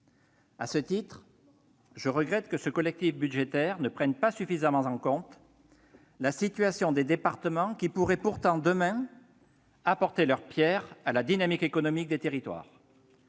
À ce titre, je regrette que ce collectif budgétaire ne prenne pas suffisamment en compte la situation des départements. Ces derniers pourraient pourtant demain apporter leur pierre à la dynamique économique des territoires.